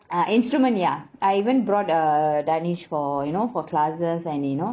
ah instrument ya I even brought uh danish for you know for classes and you know